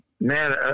man